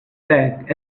back